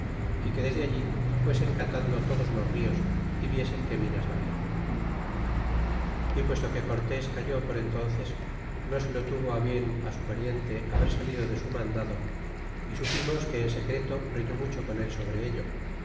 y que desde allí fuesen catando todos los nos y viesen qué minas habia y puesto que cortés calló por entnces no se lo tuvo bien su pariente haber salido de su mandado y supimos que en secreto riñó mucho con el sobre ello